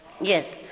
Yes